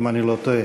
אם אני לא טועה,